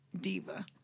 diva